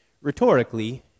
Rhetorically